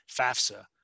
FAFSA